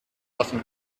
often